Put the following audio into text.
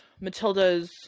Matilda's